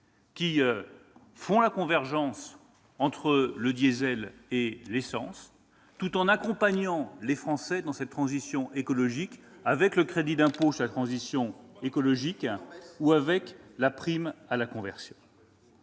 notamment la convergence entre le diesel et l'essence, tout en accompagnant les Français dans cette transition écologique avec un crédit d'impôt spécifique et la prime à la conversion.